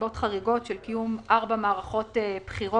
בנסיבות חריגות של קיום ארבע מערכות בחירות